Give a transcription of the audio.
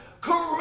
correct